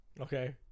Okay